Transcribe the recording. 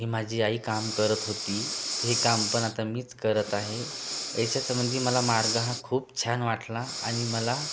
ही माझी आई काम करत होती हे काम पण आता मीच करत आहे याच्यासंबंधी मला मार्ग हा खूप छान वाटला आणि मला